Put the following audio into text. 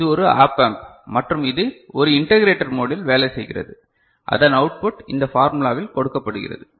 இது ஒரு op amp மற்றும் இது ஒரு இண்டெகரேடர் மோடில் வேலை செய்கிறது அதன் அவுட்புட் இந்த ஃபார்முலாவில் கொடுக்கப்படுகிறது